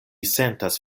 sentas